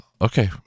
Okay